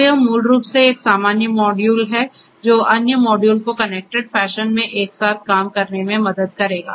तो यह मूल रूप से एक सामान्य मॉड्यूल है जो अन्य मॉड्यूल को कनेक्टेड फैशन में एक साथ काम करने में मदद करेगा